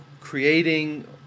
creating